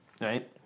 right